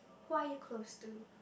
who are you close to